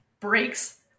Breaks